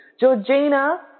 Georgina